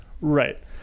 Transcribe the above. Right